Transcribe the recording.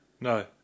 No